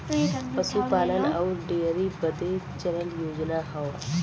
पसूपालन अउर डेअरी बदे चलल योजना हौ